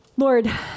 Lord